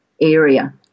area